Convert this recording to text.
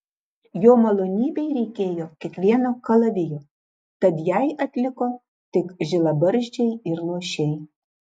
jo malonybei reikėjo kiekvieno kalavijo tad jai atliko tik žilabarzdžiai ir luošiai